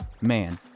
man